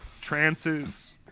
trances